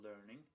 learning